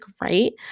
right